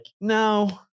no